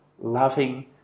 loving